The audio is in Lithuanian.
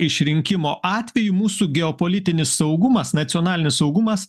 išrinkimo atveju mūsų geopolitinis saugumas nacionalinis saugumas